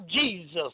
Jesus